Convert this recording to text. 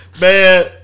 Man